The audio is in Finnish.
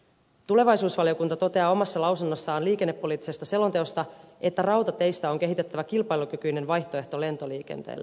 tulevaisuusvaliokunta toteaa omassa lausunnossaan liikennepoliittisesta selonteosta että rautateistä on kehitettävä kilpailukykyinen vaihtoehto lentoliikenteelle